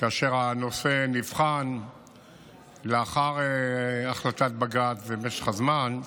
כאשר הנושא נבחן לאחר החלטת בג"ץ ובמשך הזמן,